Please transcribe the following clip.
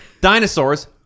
dinosaurs